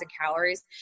calories